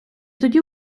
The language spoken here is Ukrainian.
тоді